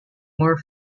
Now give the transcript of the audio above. more